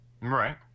Right